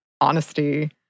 honesty